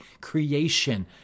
creation